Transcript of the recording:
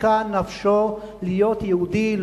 שחשקה נפשו להיות יהודי,